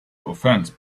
offense